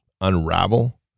unravel